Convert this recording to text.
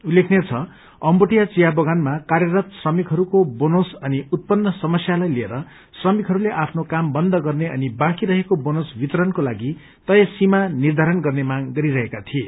उल्लेखनीय छ अम्बोटिया चिया बगानमा कार्यरत श्रमिकहरूको बोनस अनि उत्पन्न समस्यालाइ लिएर श्रमिकहरूले आफ्नो काम बन्द गर्ने अनि बाँकी रहेको बोनस वितरणको लागि तय सीामा धिराण गर्ने मांग गरिरहेका थए